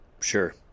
Sure